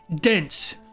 dense